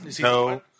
No